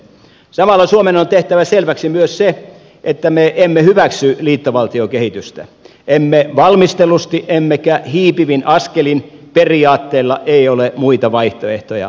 samalla suomen on tehtävä selväksi myös se että me emme hyväksy liittovaltiokehitystä emme valmistellusti emmekä hiipivin askelin periaatteella ei ole muita vaihtoehtoja